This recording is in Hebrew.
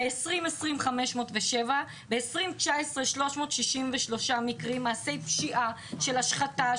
ב-2020 507. ב-2019 363 מקרים מעשי פשיעה של השחתה,